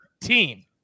team